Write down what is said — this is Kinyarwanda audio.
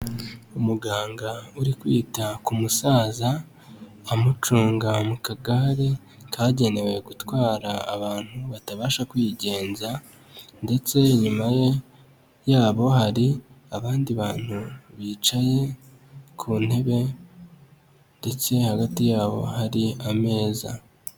Umuganga uri kwita ku musaza amucunga mu kagare kagenewe gutwara abantu batabasha kwigenza, ndetse inyuma ye, yabo hari abandi bantu bicaye ku ntebe ndetse hagati yabo hari ameza.